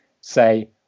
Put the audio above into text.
say